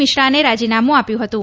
મિશ્રાને રાજીનામું આપ્યું હતું